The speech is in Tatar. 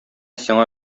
сиңа